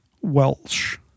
Welsh